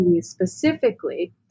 specifically